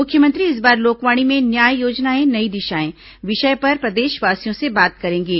मुख्यमंत्री इस बार लोकवाणी में न्याय योजनाएं नई दिशाएं विषय पर प्रदेशवासियों से बात करेंगे